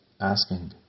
asking